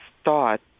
start